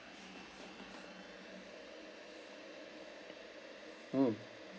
mm